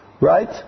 right